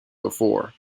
before